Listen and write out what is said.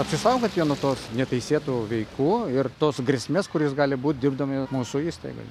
apsisaugot jau nuo tos neteisėtų veikų ir tos grėsmės kuris gali būt dirbdami mūsų įstaigoj